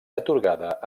atorgada